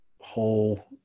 whole